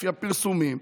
לפי הפרסומים,